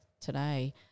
today